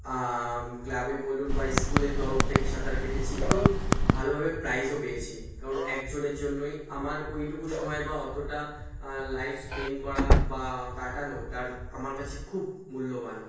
ক্লাবে বলুন বা ইস্কুলের তরফ থেকে সাঁতার কেটেছি এবং ভালোভাবে প্রাইজও পেয়েছি কারণ একজনের জন্যই আমার ওইটুকু সময় বা অতোটা লাইফ স্প্যান করা বা কাটানো তার আমার কাছে খুব মূল্যবান